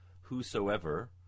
whosoever